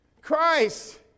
Christ